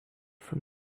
from